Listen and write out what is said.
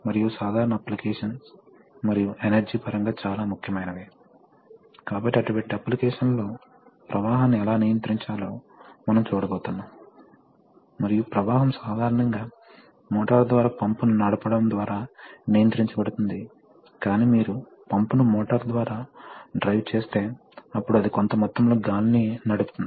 pneumatic కంప్రెషర్ల యొక్క ప్రధాన సాంకేతిక లక్షణాలు మరియు కోర్సు యొక్క ఆక్సిస్సోరీస్ మరియు డైరెక్షన్ కంట్రోల్ వాల్వ్ వివరించబడింది తద్వారా ఇది మొదట న్యూమాటిక్ కంట్రోల్సిస్టమ్ యొక్క ప్రాథమిక ఆలోచనను ఇస్తుంది